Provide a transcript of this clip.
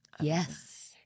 Yes